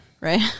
Right